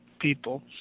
people